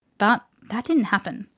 but that didn't happen.